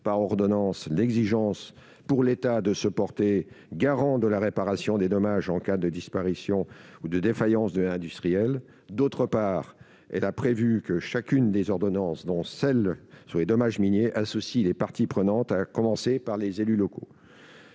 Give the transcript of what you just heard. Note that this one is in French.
par ordonnances l'exigence, pour l'État, de se porter garant de la réparation des dommages en cas de disparition ou de défaillance de l'industriel ; d'autre part, elle a prévu que chacune des ordonnances, dont celle sur le dommage minier, associe les parties prenantes, à commencer par les élus locaux.